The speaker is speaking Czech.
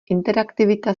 interaktivita